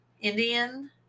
Indian